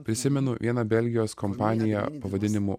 prisimenu vieną belgijos kompanija pavadinimu